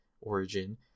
origin